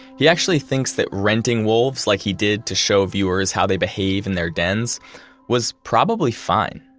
he actually thinks that renting wolves like he did to show viewers how they behave in their dens was probably fine.